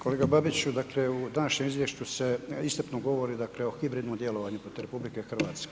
Kolega Babiću dakle u današnjem izvješću se iscrpno govori dakle o hibridnom djelovanju protiv RH.